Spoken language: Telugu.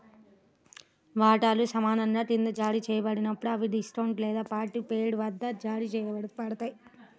వాటాలు సమానంగా క్రింద జారీ చేయబడినప్పుడు, అవి డిస్కౌంట్ లేదా పార్ట్ పెయిడ్ వద్ద జారీ చేయబడతాయి